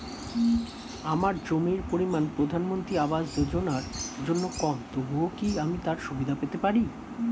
আমার জমির পরিমাণ প্রধানমন্ত্রী আবাস যোজনার জন্য কম তবুও কি আমি তার সুবিধা পেতে পারি?